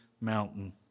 mountain